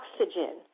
oxygen